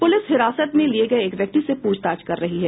police हिरासत में लिये गये एक व्यक्ति से प्रछताछ कर रही है